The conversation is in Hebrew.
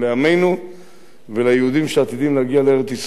וליהודים שעתידים להגיע לארץ-ישראל,